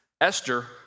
Esther